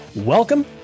Welcome